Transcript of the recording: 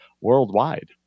worldwide